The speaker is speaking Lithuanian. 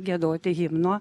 giedoti himno